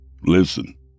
Listen